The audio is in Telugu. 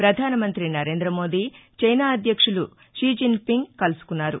ప్రధాన మంత్రి నరేంద్ర మోదీ చైనా అధ్యక్షుదు జీ జిన్పింగ్ కలుసుకున్నారు